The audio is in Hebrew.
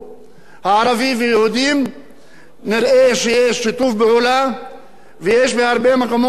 שיש שיתוף פעולה ויש בהרבה מקומות כבוד הדדי בין שני העמים.